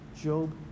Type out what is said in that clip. Job